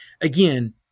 again